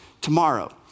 tomorrow